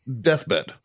Deathbed